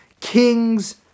Kings